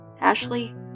Ashley